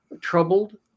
troubled